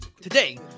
Today